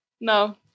No